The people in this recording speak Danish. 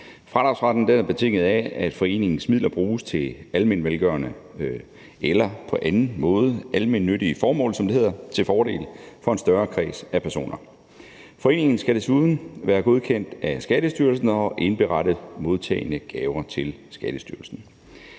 Fradragsretten er betinget af, at foreningens midler bruges til almenvelgørende eller på anden måde almennyttige formål, som det hedder, til fordel for en større kreds af personer. Foreningen skal desuden være godkendt af Skattestyrelsen og indberette modtagne gaver til Skattestyrelsen.